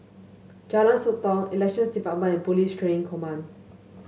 Jalan Sotong Elections Department and Police Training Command